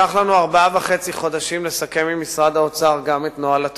לקח לנו ארבעה חודשים וחצי לסכם עם משרד האוצר את נוהל התמיכות.